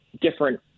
different